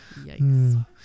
yikes